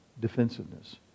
defensiveness